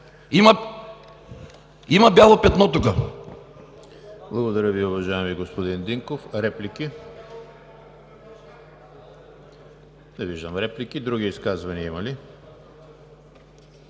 Има бяло петно тук.